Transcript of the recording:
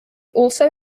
also